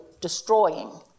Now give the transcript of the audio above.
destroying